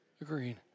Agreed